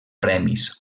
premis